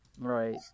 right